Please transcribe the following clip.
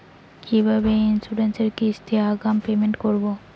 কিভাবে ইন্সুরেন্স এর কিস্তি আগাম পেমেন্ট করবো?